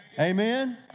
Amen